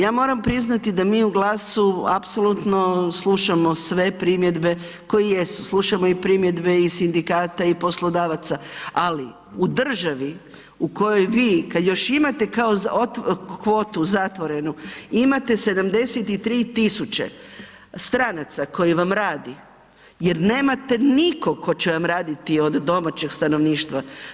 Ja moram priznati da mi u GLAS-u apsolutno slušamo sve primjedbe koje jesu, slušamo i primjedbe i sindikata i poslodavaca, ali u državi u kojoj vi kad još imate kao kvotu zatvorenu, imate 73.000 stranaca koji vam radi jer nemate nikog tko će vam raditi od domaćeg stanovništva.